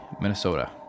Minnesota